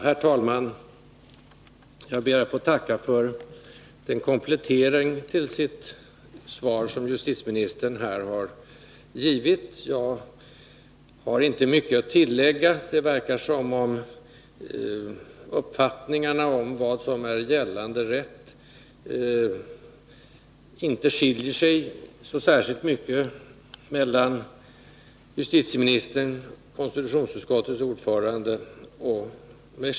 Herr talman! Jag ber att få tacka för den komplettering till sitt svar som justitieministern här har givit. Jag har inte mycket att tillägga. Det verkar som om uppfattningarna om vad som är gällande rätt inte skiljer sig särskilt mycket mellan justitieministern, konstitutionsutskottets ordförande och mig.